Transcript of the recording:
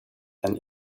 and